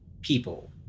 people